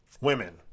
Women